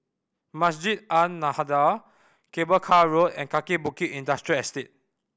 Masjid An Nahdhah Cable Car Road and Kaki Bukit Industrial Estate